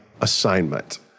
assignment